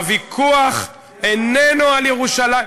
הוויכוח איננו על ירושלים,